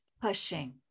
pushing